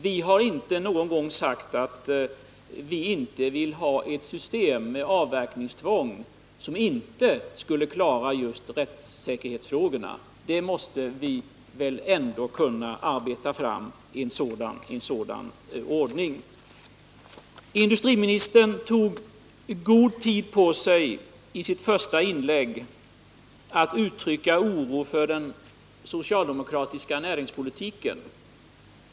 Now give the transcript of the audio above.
Vi har inte agt att vi vill ha ett system med avverkningstväng som inte skulle någon gång klara rättssäkerhetsfrågorna. En sådan ordning måste vi väl ända kunna arbeta fram. Industriministern tog god tid på sig i sitt första inlägg när det gällde att uttrycka oro för den socialdemokratiska näringspolitiken.